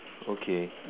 okay